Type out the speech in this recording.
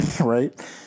Right